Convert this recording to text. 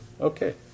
Okay